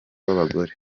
w’abagore